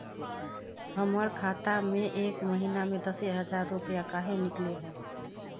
हमर खाता में एक महीना में दसे हजार रुपया काहे निकले है?